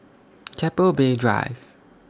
Keppel Bay Drive